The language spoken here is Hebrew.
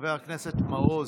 חבר הכנסת מעוז,